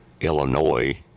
Illinois